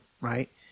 right